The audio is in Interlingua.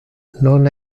non